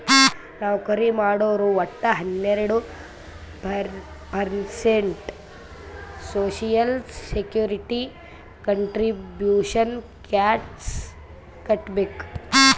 ನೌಕರಿ ಮಾಡೋರು ವಟ್ಟ ಹನ್ನೆರಡು percent social security contribution tax ಕಟ್ಬೇಕ್